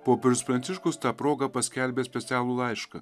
popiežius pranciškus ta proga paskelbė specialų laišką